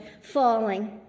falling